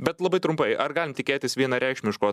bet labai trumpai ar galim tikėtis vienareikšmiško